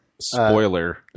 Spoiler